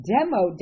Demo